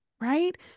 right